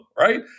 right